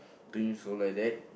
think so like that